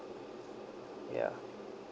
ya